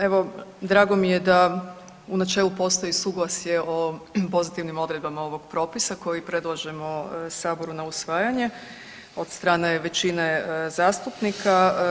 Evo, drago mi je da u načelu postoji suglasje o pozitivnim odredbama ovog propisa koji predlažemo Saboru na usvajanje od strane većine zastupnika.